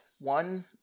one